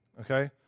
okay